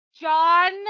John